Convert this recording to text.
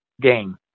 game